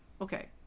Okay